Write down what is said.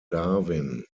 darwin